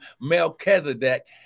Melchizedek